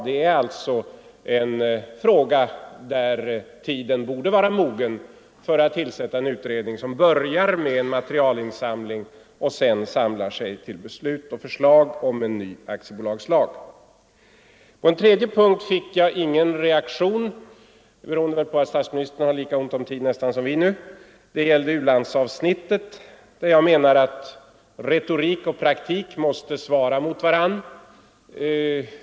Det är alltså en fråga där tiden borde vara mogen för tillsättande av en utredning, som börjar med materialinsamling och sedan utarbetar ett förslag till en ny aktiebolagslag. På den tredje punkten fick jag ingen reaktion, beroende på att statsministern i detta läge har nästan lika ont om tid för sina inlägg som vi andra. Det gällde u-landsavsnittet, där jag menar att teori och praktik måste svara mot varandra.